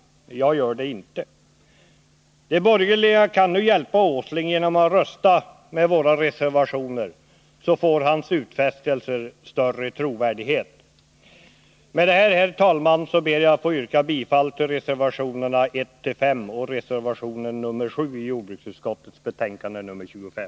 Jag gör det inte. De borgerliga kan nu hjälpa industriministern genom att rösta med våra reservationer. Då får hans utfästelser större trovärdighet. Med detta, herr talman, ber jag att få yrka bifall till reservationerna 1-5 och reservation 7 vid jordbruksutskottets betänkande 25.